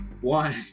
One